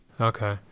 Okay